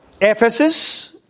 Ephesus